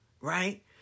Right